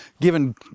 given